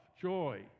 joy